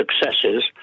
successes